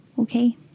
okay